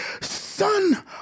son